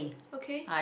okay